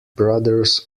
brothers